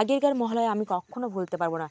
আগেকার মহালয়া আমি কক্ষনো ভুলতে পারবো না